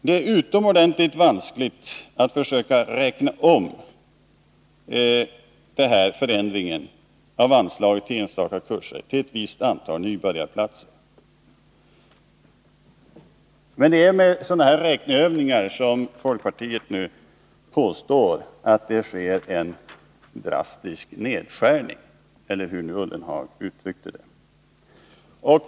Det är utomordentligt vanskligt att försöka omräkna förändringen av anslaget till enstaka kurser till ett visst antal nybörjarplatser. Men det är med sådana här räkneövningar som folkpartiet påstår att det sker en drastisk nedskärning — eller hur Jörgen Ullenhag uttryckte det.